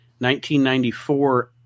1994